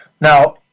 Now